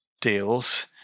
deals